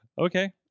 Okay